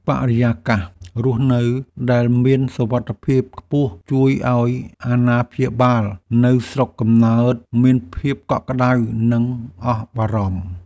បរិយាកាសរស់នៅដែលមានសុវត្ថិភាពខ្ពស់ជួយឱ្យអាណាព្យាបាលនៅស្រុកកំណើតមានភាពកក់ក្តៅនិងអស់បារម្ភ។